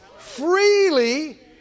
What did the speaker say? freely